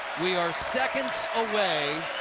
we are seconds away